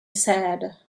said